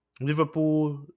Liverpool